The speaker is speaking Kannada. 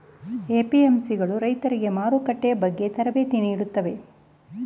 ಎ.ಪಿ.ಎಂ.ಸಿ ಗಳು ರೈತರಿಗೆ ಮಾರುಕಟ್ಟೆ ಬಗ್ಗೆ ತರಬೇತಿ ನೀಡುತ್ತವೆಯೇ?